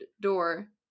door